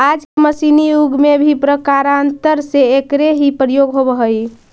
आज के मशीनी युग में भी प्रकारान्तर से एकरे ही प्रयोग होवऽ हई